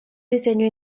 diseño